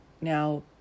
Now